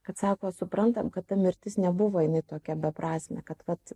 kad sako suprantam kad ta mirtis nebuvo jinai tokia beprasmė kad vat